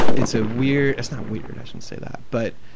it's a weird it's not weird, i shouldn't say that, but,